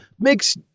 makes